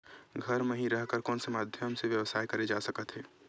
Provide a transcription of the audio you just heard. घर म हि रह कर कोन माध्यम से व्यवसाय करे जा सकत हे?